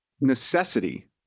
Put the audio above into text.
necessity